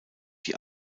die